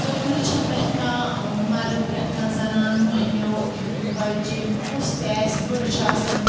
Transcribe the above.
ضروٗری چھُنہٕ پرٛتھ کانٛہہ مَرٕد پرٛتھ کانٛہہ زَنان مۄہنٮ۪و بَچہِ کُس تہِ آسہِ بٔڈٕ چھِ آسان